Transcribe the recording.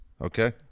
Okay